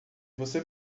você